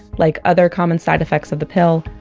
like other common side effects of the pill.